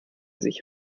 sich